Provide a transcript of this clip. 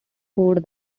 board